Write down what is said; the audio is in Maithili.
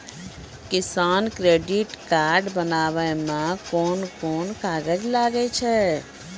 किसान क्रेडिट कार्ड बनाबै मे कोन कोन कागज लागै छै?